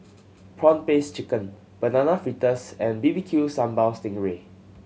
prawn paste chicken Banana Fritters and B B Q Sambal sting ray